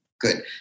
Good